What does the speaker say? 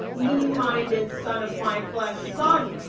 mean-minded son of my flesh. son!